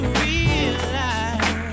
realize